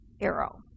arrow